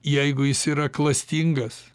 jeigu jis yra klastingas